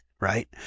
right